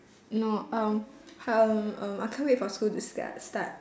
no um um um I can't wait for school to star~ start